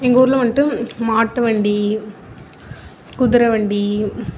எங்கள் ஊரில் வந்துட்டு மாட்டு வண்டி குதிரை வண்டி